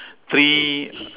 three